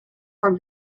from